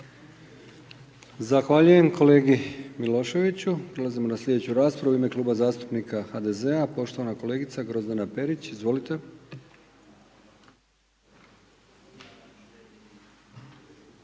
Zahvaljujem kolegi Miloševiću, prelazimo na slijedeću raspravu u ime Kluba zastupnika HDZ-a, poštovana kolegica Grozdana Perić, izvolite.